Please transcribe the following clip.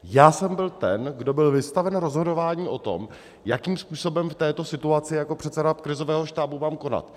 Já jsem byl ten, kdo byl vystaven rozhodování o tom, jakým způsobem v této situaci jako předseda krizového štábu mám konat.